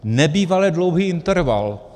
Nebývale dlouhý interval.